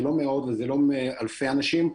זה לא מאות ולא אלפי אנשים,